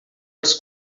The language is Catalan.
els